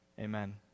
amen